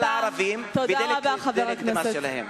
על ערבים ודה-לגיטימציה שלהם.